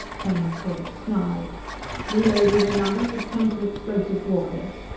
taine's voice snarled reload even numbers with chemical-explosive war heads.